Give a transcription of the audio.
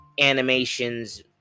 animations